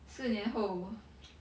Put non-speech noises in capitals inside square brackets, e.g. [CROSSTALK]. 四年后 [NOISE]